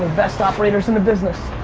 best operators in the business.